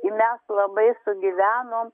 i mes labai sugyvenom